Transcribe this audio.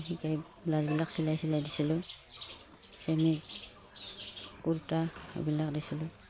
শিকাই ব্লাউজবিলাক চিলাই চিলাই দিছিলোঁ চেমিজ কুৰ্তা এইবিলাক দিছিলোঁ